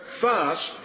fast